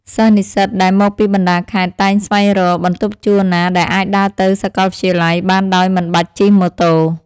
សិស្សនិស្សិតដែលមកពីបណ្តាខេត្តតែងស្វែងរកបន្ទប់ជួលណាដែលអាចដើរទៅសាកលវិទ្យាល័យបានដោយមិនបាច់ជិះម៉ូតូ។